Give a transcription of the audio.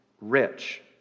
rich